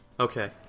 Okay